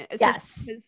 Yes